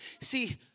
See